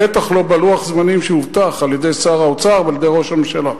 בטח לא בלוח הזמנים שהובטח על-ידי שר האוצר ועל-ידי ראש הממשלה.